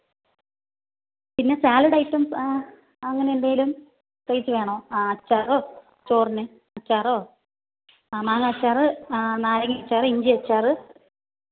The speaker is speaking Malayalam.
പിന്നെ സാലഡ് ഐറ്റംസ് അങ്ങനെയെന്തെങ്കിലും പ്രത്യേകിച്ചു വേണോ ആ അച്ചാറോ ചോറിനു അച്ചാറോ ആ മാങ്ങ അച്ചാർ നാരങ്ങ അച്ചാർ ഇഞ്ചി അച്ചാർ